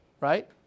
right